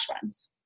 funds